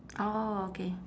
orh okay